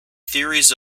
theories